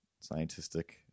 scientific